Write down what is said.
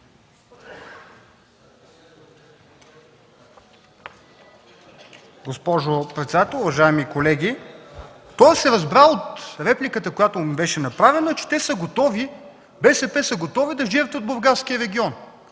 Госпожо председател, уважаеми колеги! То се разбра от репликата, която ми беше направена, че БСП са готови да жертват Бургаския регион.